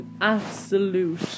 absolute